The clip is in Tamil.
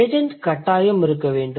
ஏஜெண்ட் கட்டாயம் இருக்க வேண்டும்